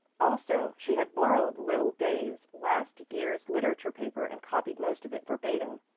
also, she had borrowed lil day's last year's literature paper and copied most of it verbatim.